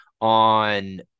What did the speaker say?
on